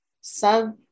sub